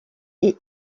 est